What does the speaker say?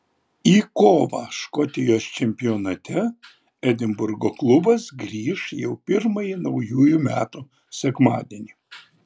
į kovą škotijos čempionate edinburgo klubas grįš jau pirmąjį naujųjų metų sekmadienį